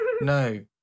no